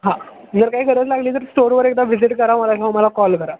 हां जर काही गरज लागली तर स्टोअरवर एकदा व्हिजिट करा मला किंवा मला कॉल करा